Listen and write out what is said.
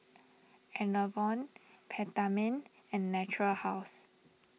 Enervon Peptamen and Natura House